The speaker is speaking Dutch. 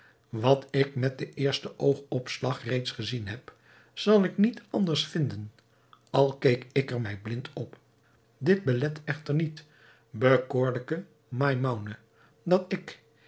wat ik met den eersten oogopslag reeds gezien heb zal ik niet anders vinden al keek ik er mij blind op dit belet echter niet bekoorlijke maimoune dat ik